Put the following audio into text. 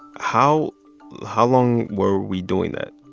how how long were we doing that?